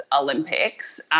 Olympics